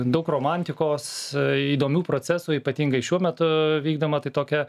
daug romantikos įdomių procesų ypatingai šiuo metu vykdoma tai tokia